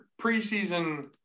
preseason